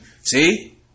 See